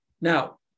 Now